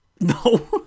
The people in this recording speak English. No